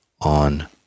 on